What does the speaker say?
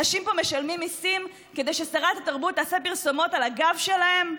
אנשים פה משלמים מיסים כדי ששרת התרבות תעשה פרסומות על הגב שלהם?